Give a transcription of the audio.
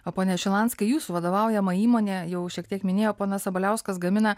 o pone šilanskai jūsų vadovaujama įmonė jau šiek tiek minėjo ponas sabaliauskas gamina